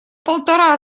полтора